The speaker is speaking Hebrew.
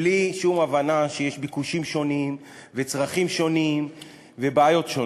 בלי שום הבנה שיש ביקושים שונים וצרכים שונים ובעיות שונות.